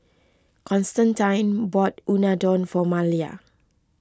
Constantine bought Unadon for Malia